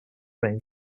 remain